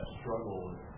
struggle